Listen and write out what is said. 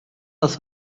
das